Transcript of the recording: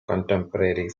contemporary